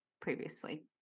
previously